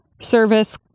service